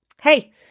hey